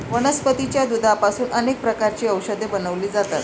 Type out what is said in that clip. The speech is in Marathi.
वनस्पतीच्या दुधापासून अनेक प्रकारची औषधे बनवली जातात